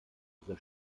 dieser